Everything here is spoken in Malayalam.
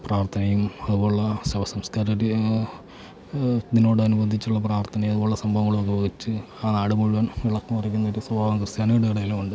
പ്രാർത്ഥനയും അതുപോലെയുള്ള ശവസംസ്കാരം അതിനോട് അനുബന്ധിച്ചുള്ള പ്രാർത്ഥനയും അതുപോലെയുള്ള സംഭവങ്ങളൊക്കെ വച്ചു ആ നാട് മുഴുവൻ ഇളക്കി മറിക്കുന്ന ഒരു സ്വഭാവം ക്രിസ്ത്യാനികളുടെ ഇടയിലും ഉണ്ട്